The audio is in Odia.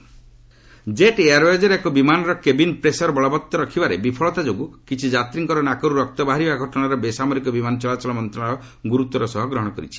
ଜେଟ୍ ଏୟାରଓ୍ଟେଜ ଜେଟ୍ ଏୟାରଓ୍ବେଜର ଏକ ବିମାନରେ କେବିନ ପ୍ରେସର ବଳବତ୍ତର ରଖିବାରେ ବିଫଳତା ଯୋଗୁଁ କିଛି ଯାତ୍ରୀଙ୍କର ନାକରୁ ରକ୍ତ ବାହାରିବା ଘଟଣାର ବେସାମରିକ ବିମାନ ଚଳାଚଳ ମନ୍ତ୍ରଶାଳୟ ଗୁରୁତ୍ୱର ସହ ଗ୍ରହଣ କରିଛି